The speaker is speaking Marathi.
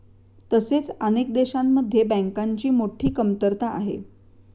तसेच अनेक देशांमध्ये बँकांची मोठी कमतरता आहे